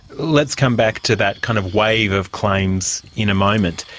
let's come back to that kind of wave of claims in a moment.